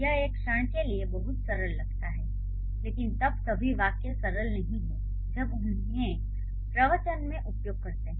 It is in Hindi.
यह एक क्षण के लिए बहुत सरल लगता है लेकिन तब सभी वाक्य इस सरल नहीं हैं जब हम उन्हें प्रवचन में उपयोग करते हैं